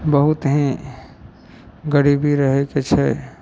बहुत ही गरीबी रहयके छै